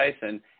Tyson